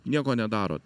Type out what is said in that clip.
nieko nedarot